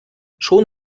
schon